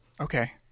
Okay